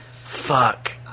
Fuck